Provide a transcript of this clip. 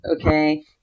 okay